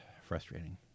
frustrating